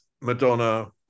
Madonna